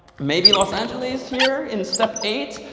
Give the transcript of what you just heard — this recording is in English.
maybe los angeles here in step eight.